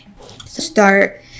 Start